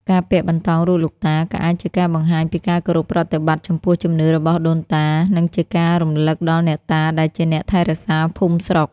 ការពាក់បន្តោងរូបលោកតា ក៏អាចជាការបង្ហាញពីការគោរពប្រតិបត្តិចំពោះជំនឿរបស់ដូនតា និងជាការរំឭកដល់អ្នកតាដែលជាអ្នកថែរក្សាភូមិស្រុក។